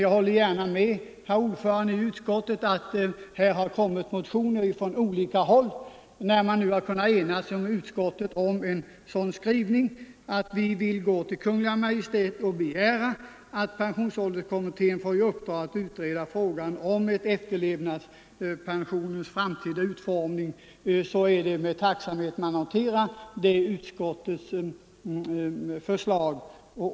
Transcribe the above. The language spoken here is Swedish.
Jag håller med utskottets ordförande om att det från olika håll väckts motioner, beträffande vilka vi i utskottet har kunnat enas, om att hos Kungl. Maj:t begära att pensionsålderskommittén får i uppdrag att utreda frågan om efterlevandepensionernas framtida utformning. Det är med tacksamhet man noterar detta utskottsförslag.